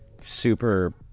super